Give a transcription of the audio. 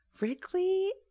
Wrigley